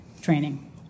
training